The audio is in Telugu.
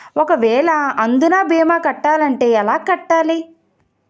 ఒక వేల అందునా భీమా కట్టాలి అంటే ఎలా కట్టాలి?